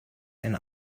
and